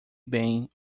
bem